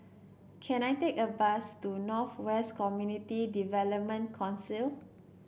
can I take a bus to North West Community Development Council